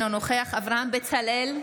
אינו נוכח אברהם בצלאל,